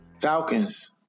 Falcons